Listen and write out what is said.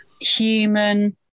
human